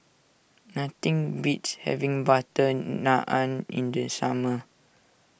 nothing beats having Butter Naan in the summer